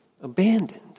abandoned